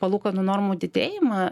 palūkanų normų didėjimą